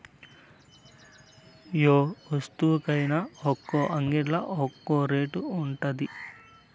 యే వస్తువుకైన ఒక్కో అంగిల్లా ఒక్కో రేటు ఉండాది